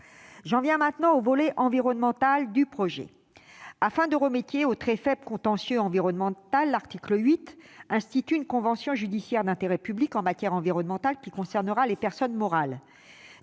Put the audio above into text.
J'en viens au volet environnemental du projet. Afin de remédier à la grande faiblesse du contentieux environnemental, l'article 8 institue une convention judiciaire d'intérêt public en matière environnementale, qui concernera les personnes morales.